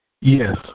Yes